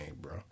bro